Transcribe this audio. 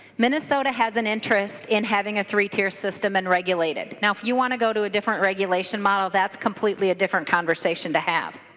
minnesota has an interest in having a three-tiered system and regulated. if you want to go to a different regulation model that's completely a different conversation to have.